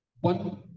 One